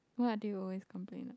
what do you always complain about